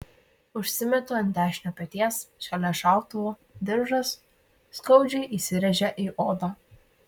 užsimetu ant dešinio peties šalia šautuvo diržas skaudžiai įsirėžia į odą